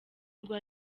rwa